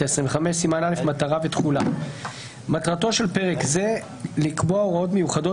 העשרים וחמש מטרה מטרתו של פרק זה לקבוע הוראות מיוחדות